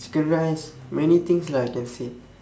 chicken rice many things lah can say